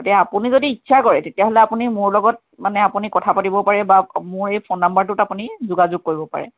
এতিয়া আপুনি যদি ইচ্ছা কৰে তেতিয়াহ'লে আপুনি মোৰ লগত মানে আপুনি কথা পাতিব পাৰে বা মোৰ এই ফোন নাম্বাৰটোত আপুনি যোগাযোগ কৰিব পাৰে